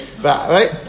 Right